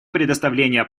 представление